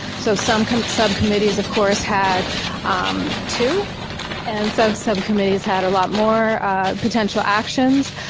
so some subcommittees of course had two and some subcommittees had a lot more potential actions.